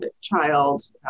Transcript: child